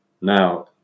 Now